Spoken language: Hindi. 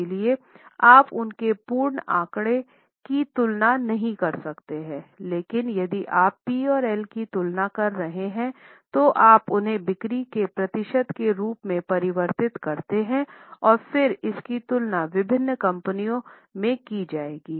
इसलिए आप उनके पूर्ण आंकड़े की तुलना नहीं कर सकते लेकिन यदि आप पी और एल की तुलना कर रहे हैं तो आप उन्हें बिक्री के प्रतिशत के रूप में परिवर्तित करते हैं और फिर इसकी तुलना विभिन्न कंपनियों में की जाएगी